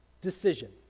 decision